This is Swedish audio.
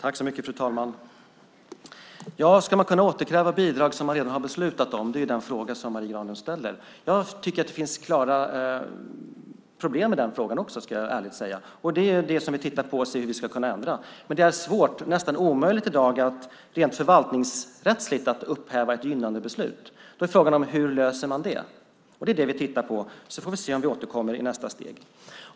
Fru talman! Ska man kunna återkräva bidrag som man redan har beslutat om? Det är den fråga som Marie Granlund ställer. Jag tycker också att det finns klara problem med den frågan, ska jag ärligt säga. Det är det som vi tittar på för att se hur vi ska kunna ändra. Men det är svårt, nästan omöjligt, i dag att rent förvaltningsrättsligt upphäva ett gynnandebeslut. Då är frågan: Hur löser man det? Det är det vi tittar på, och så får vi se om vi återkommer i nästa steg.